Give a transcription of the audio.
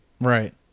right